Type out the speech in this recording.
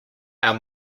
our